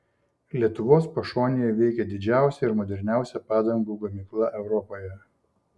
lietuvos pašonėje veikia didžiausia ir moderniausia padangų gamykla europoje